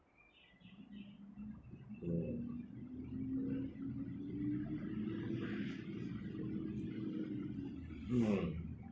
mm hmm